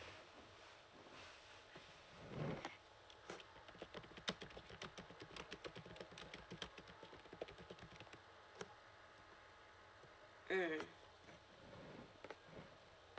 mm